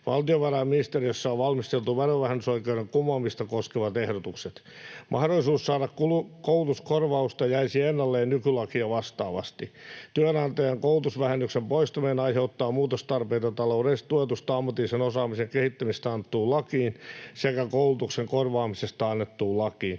Valtiovarainministeriössä on valmisteltu verovähennysoikeuden kumoamista koskevat ehdotukset. Mahdollisuus saada koulutuskorvausta jäisi ennalleen nykylakia vastaavasti. Työnantajan koulutusvähennyksen poistuminen aiheuttaa muutostarpeita taloudellisesti tuetusta ammatillisen osaamisen kehittämisestä annettuun lakiin sekä koulutuksen korvaamisesta annettuun